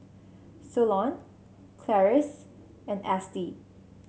Solon Clarice and Estie